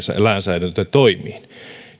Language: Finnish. lainsäädäntötoimiin